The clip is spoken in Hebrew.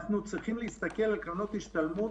אנחנו צריכים להסתכל על קרנות ההשתלמות